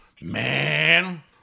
Man